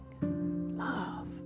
love